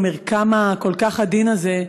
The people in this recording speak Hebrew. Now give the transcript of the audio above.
המרקם הכל-כך עדין הזה,